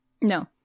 No